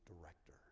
director